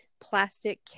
plastic